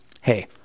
hey